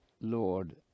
Lord